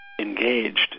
engaged